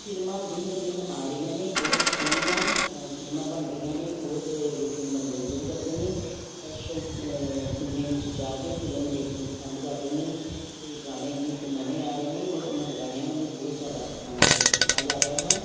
ਫਿਲਮਾਂ ਦਿਨ ਬ ਦਿਨ ਆ ਰਹੀਆਂ ਨੇ ਬਹੁਤ ਸੋਹਣੀਆਂ ਫਿਲਮਾਂ ਬਣ ਰਹੀਆਂ ਨੇ ਬਹੁਤ ਲੋਕ ਮਨੋਰੰਜਨ ਕਰਦੇ ਨੇ ਸਪੈਸ਼ਲ ਸਿਨਮੇ ਵਿੱਚ ਜਾ ਕੇ ਫਿਲਮ ਦੇਖਣੀ ਪਸੰਦ ਕਰ ਰਹੇ ਨੇ ਅਤੇ ਗਾਣੇ ਨਿੱਤ ਨਵੇਂ ਆ ਰਹੇ ਨੇ ਔਰ ਉਹਨਾਂ ਗਾਣਿਆਂ ਨੂੰ ਵੀ ਬਹੁਤ ਜ਼ਿਆਦਾ ਪਸੰਦ ਕੀਤਾ ਜਾ ਰਿਹਾ ਹੈ